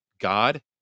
God